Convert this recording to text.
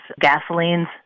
gasoline's